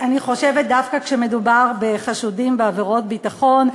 אני חושבת שדווקא כשמדובר בחשודים בעבירות ביטחון,